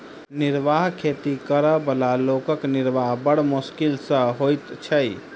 निर्वाह खेती करअ बला लोकक निर्वाह बड़ मोश्किल सॅ होइत छै